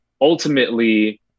ultimately